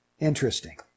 Interesting